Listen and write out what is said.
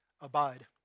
Abide